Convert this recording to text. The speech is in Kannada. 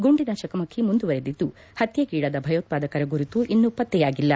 ಗುಂಡಿನ ಚಕಮಕಿ ಮುಂದುವರೆದಿದ್ದು ಹತ್ಯೆಗೀಡಾದ ಭಯೋತ್ಗಾದಕರ ಗುರುತು ಇನ್ನೂ ಪತ್ತೆಯಾಗಿಲ್ಲ